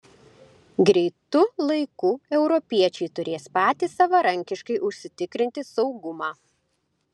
greitu laiku europiečiai turės patys savarankiškai užsitikrinti saugumą